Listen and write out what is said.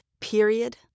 Period